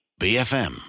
BFM